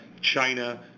China